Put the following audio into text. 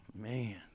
Man